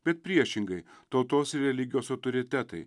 bet priešingai tautos ir religijos autoritetai